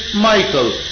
Michael